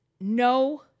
no